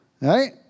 Right